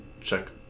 check